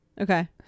Okay